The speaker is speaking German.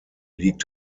liegt